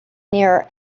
near